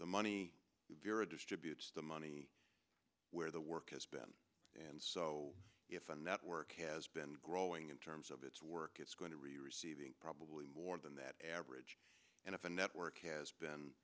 the money if you're a distributes the money where the work has been and so if a network has been growing in terms of its work it's going to really receiving probably more than that average and if a network has been